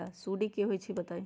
सुडी क होई छई बताई?